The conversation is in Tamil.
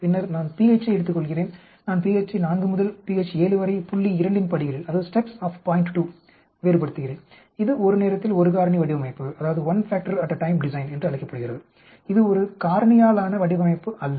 பின்னர் நான் pH ஐ எடுத்துக்கொள்கிறேன் நான் pHயை 4 முதல் pH 7 வரை புள்ளி 2 இன் படிகளில் வேறுபடுத்துகிறேன் இது ஒரு நேரத்தில் ஒரு காரணி வடிவமைப்பு என்று அழைக்கப்படுகிறது இது ஒரு காரணியாலான வடிவமைப்பு அல்ல